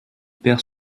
perd